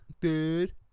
dude